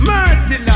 Mercy